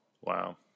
Wow